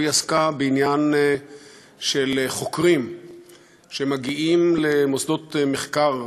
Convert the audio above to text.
והיא עסקה בעניין של חוקרים שמגיעים למוסדות מחקר,